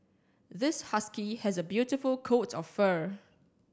this husky has a beautiful coat of fur